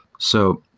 so